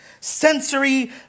Sensory